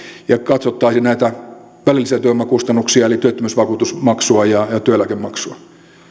ja katsottaisiin näitä välillisiä työvoimakustannuksia eli työttömyysvakuutusmaksua ja työeläkemaksua